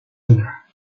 other